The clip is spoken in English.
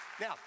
Now